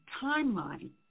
timeline